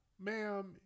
Ma'am